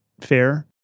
fair